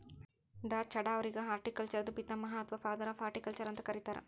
ಡಾ.ಚಢಾ ಅವ್ರಿಗ್ ಹಾರ್ಟಿಕಲ್ಚರ್ದು ಪಿತಾಮಹ ಅಥವಾ ಫಾದರ್ ಆಫ್ ಹಾರ್ಟಿಕಲ್ಚರ್ ಅಂತ್ ಕರಿತಾರ್